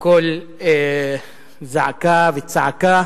קול זעקה וצעקה